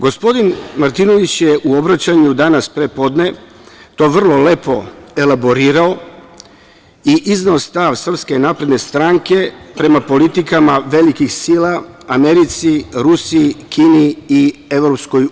Gospodin Martinović je u obraćanju danas prepodne to vrlo lepo elaborirao i izneo stav SNS prema politikama velikih sila Americi, Rusiji, Kini i EU.